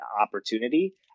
opportunity